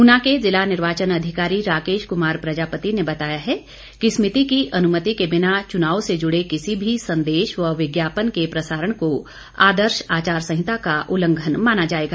ऊना के जिला निर्वाचन अधिकारी राकेश कुमार प्रजापति ने बताया है कि समिति की अनुमति के बिना चुनाव से जुड़े किसी भी संदेश व विज्ञापन के प्रसारण को आदर्श आचार संहिता का उल्लंघन माना जाएगा